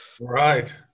Right